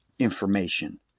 information